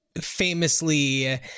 famously